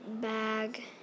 bag